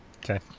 Okay